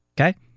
okay